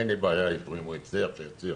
אין לי בעיה איתו, אם הוא הצליח אז שיצליח.